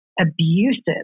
abusive